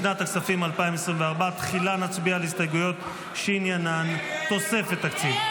לשנת הכספים 2024. תחילה נצביע על הסתייגויות שעניינן תוספת תקציב.